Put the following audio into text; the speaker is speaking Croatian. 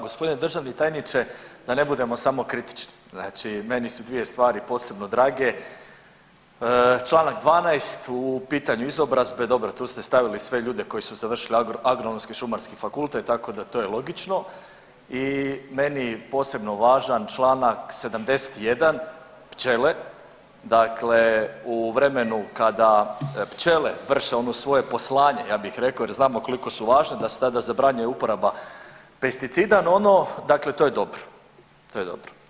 Gospodine državni tajniče, da ne budemo samo kritični, znači meni su dvije stvari posebno drage, čl. 12, u pitanju izobrazbe, dobro, tu ste stavili sve ljude koji su završili Agronomski i Šumarski fakultet, tako da to je logično i meni posebno važan, čl. 71, pčele, dakle, u vremenu kada pčele vrše ono svoje poslanje, ja bih rekao, jer znamo koliko su važne da se tada zabranjuje uporaba pesticida, no ono dakle to je dobro, to je dobro.